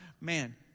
man